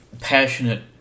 passionate